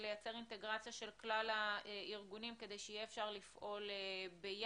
ולייצר אינטגרציה של כלל הארגונים כדי שיהיה אפשר לפעול ביחד.